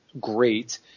great